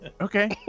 Okay